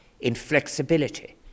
inflexibility